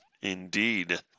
Indeed